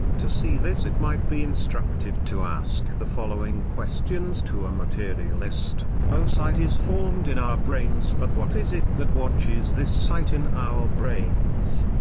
to see this it might be instructive to ask the following questions to a materialist o sight is formed in our brains but what is it that watches this sight in our brains?